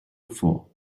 before